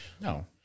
No